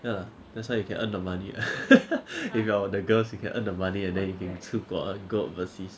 ya that's why you can earn the money if you are one of the girls you can earn the money and then you can 出国 go overseas